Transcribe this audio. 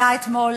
היה אתמול,